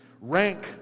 Rank